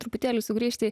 truputėlį sugrįžti